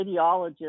radiologist